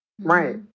Right